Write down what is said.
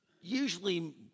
usually